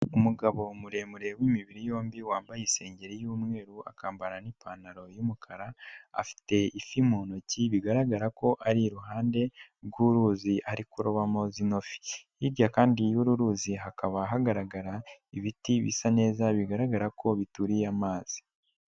Umugabo muremure w'imibiri yombi wambaye isengeri y'umweru akambara n'ipantaro y'umukara afite ifi mu ntoki bigaragara ko ari iruhande rw'uruzi ari kurobamo zino fi, hirya kandi y'uru ruzi hakaba hagaragara ibiti bisa neza bigaragara ko bituriye amazi.